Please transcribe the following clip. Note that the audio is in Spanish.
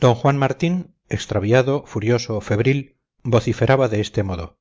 d juan martín extraviado furioso febril vociferaba de este modo